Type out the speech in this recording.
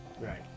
Right